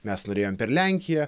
mes norėjom per lenkiją